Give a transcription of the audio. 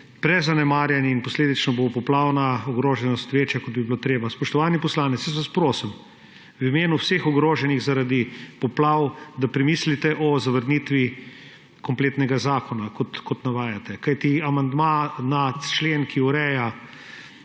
prezanemarjeni in posledično bo poplavna ogroženost večja, kot bi bilo treba. Spoštovani poslanec, jaz vas prosim v imenu vseh ogroženih zaradi poplav, da premislite o zavrnitvi kompletnega zakona, kot navajate. Kajti amandma na člen, ki ureja